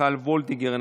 מיכל וולדיגר,